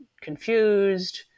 confused